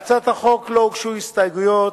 להצעת החוק לא הוגשו הסתייגויות,